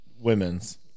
women's